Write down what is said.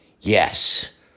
Yes